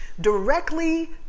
directly